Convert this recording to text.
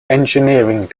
engineering